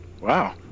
Wow